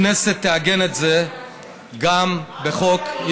הכנסת תעגן את זה גם בחוק-יסוד.